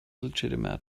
legitimate